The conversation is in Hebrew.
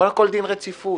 קודם כול, דין רציפות